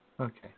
Okay